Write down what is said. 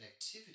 connectivity